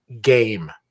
game